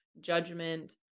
judgment